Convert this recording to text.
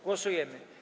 Głosujemy.